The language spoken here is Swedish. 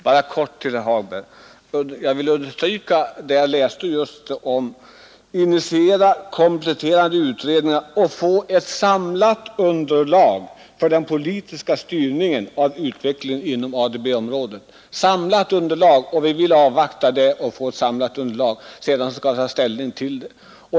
Herr talman! Jag vill understryka något som jag förut citerade, nämligen att vi måste ”initiera kompletterande utredningar och få ett samlat underlag för den politiska styrningen av utvecklingen inom ADB-området”. Sedan vi fått ett sådant samlat underlag kan vi ta ställning till frågan.